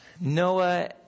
Noah